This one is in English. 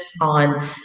on